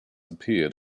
appeared